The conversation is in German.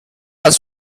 als